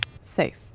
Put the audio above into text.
Safe